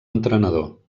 entrenador